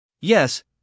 Yes